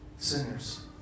sinners